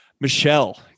michelle